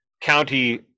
county